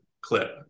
clip